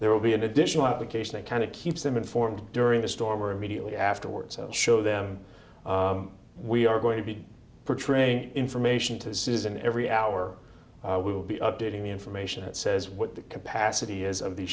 there will be an additional application that kind of keeps them informed during the storm or immediately afterwards show them we are going to be portraying information to this is in every hour we will be updating the information it says what the capacity is of the